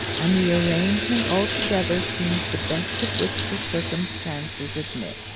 and the arrangement altogether seems the best of which the circumstances admit.